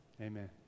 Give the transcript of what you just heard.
Amen